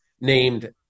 named